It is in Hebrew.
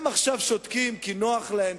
הם עכשיו שותקים כי נוח להם,